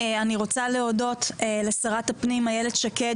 אני רוצה להודות לשרת הפנים איילת שקד,